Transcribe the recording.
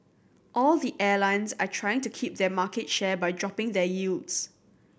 all the airlines are trying to keep their market share by dropping their yields